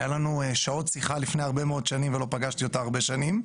היו לנו שעות שיחה לפני הרבה מאוד שנים ולא פגשתי אותה הרבה שנים,